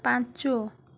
ପାଞ୍ଚ